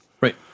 Right